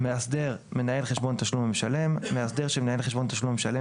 "מאסדר מנהל חשבון תשלום למשלם" מאסדר של מנהל חשבון תשלום למשלם,